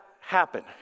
happen